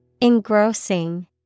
Engrossing